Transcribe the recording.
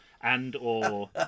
and/or